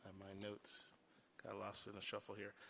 my notes got lost in the shuffle here.